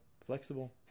flexible